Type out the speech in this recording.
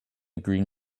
green